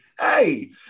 hey